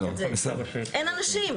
אין אנשים.